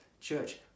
Church